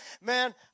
man